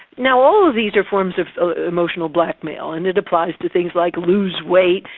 now all of these are forms of emotional blackmail and it applies to things like lose weight,